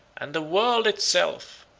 and the world itself,